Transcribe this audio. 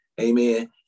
Amen